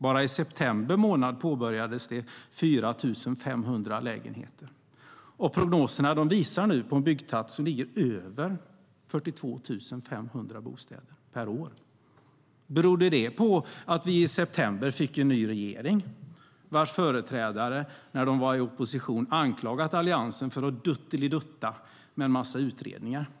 Bara i september månad påbörjades 4 500 lägenheter, och prognoserna visar nu på en byggtakt som ligger över 42 500 bostäder per år. Berodde det på att vi i september fick en ny regering, vars företrädare när de var i opposition anklagade Alliansen för att duttelidutta med en massa utredningar?